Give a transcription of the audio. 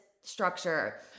structure